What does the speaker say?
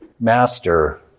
Master